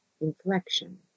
inflection